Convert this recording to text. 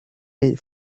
the